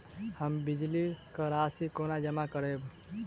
हम बिजली कऽ राशि कोना जमा करबै?